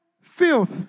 filth